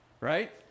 right